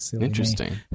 Interesting